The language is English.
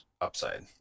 upside